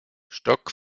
stock